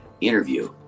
interview